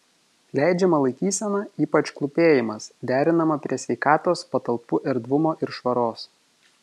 leidžiama laikysena ypač klūpėjimas derinama prie sveikatos patalpų erdvumo ir švaros